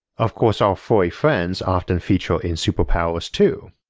of course our furry friends often feature in superpowers too.